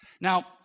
Now